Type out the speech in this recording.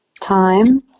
time